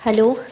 hello